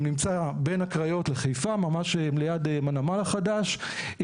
נמצא בין הקריות לחיפה ממש ליד הנמל החדש.